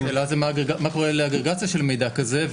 השאלה מה קורה לאגרגציה של מידע כזה?